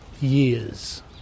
years